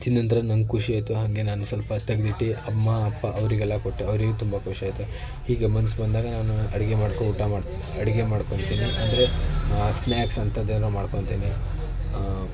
ತಿಂದ ನಂತರ ನಂಗೆ ಖುಷಿ ಆಯಿತು ಹಾಗೆ ನಾನು ಸ್ವಲ್ಪ ತೆಗ್ದಿಟ್ಟು ಅಮ್ಮ ಅಪ್ಪ ಅವರಿಗೆಲ್ಲ ಕೊಟ್ಟು ಅವರಿಗೂ ತುಂಬ ಖುಷಿ ಆಯಿತು ಹೀಗೆ ಮನ್ಸು ಬಂದಾಗ ನಾನು ಅಡುಗೆ ಮಾಡ್ಕೊಂಡು ಊಟ ಮಾಡ್ತೀನಿ ಅಡುಗೆ ಮಾಡ್ಕೊಳ್ತೀನಿ ಅಂದರೆ ಸ್ನಾಕ್ಸ್ ಅಂತದೇನೋ ಮಾಡ್ಕೊಳ್ತೀನಿ